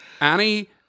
Annie